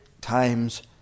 times